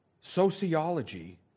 sociology